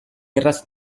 erraz